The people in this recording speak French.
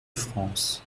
france